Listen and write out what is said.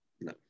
No